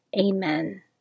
Amen